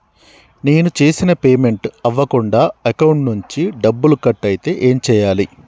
నేను చేసిన పేమెంట్ అవ్వకుండా అకౌంట్ నుంచి డబ్బులు కట్ అయితే ఏం చేయాలి?